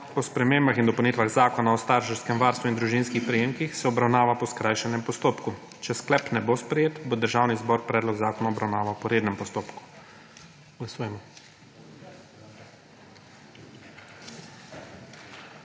o spremembah in dopolnitvah Zakona o starševskem varstvu in družinskih prejemkih se obravnava po skrajšanem postopku. Če sklep ne bo sprejet, bo Državni zbor predlog zakona obravnaval po rednem postopku. Glasujemo.